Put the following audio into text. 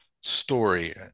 story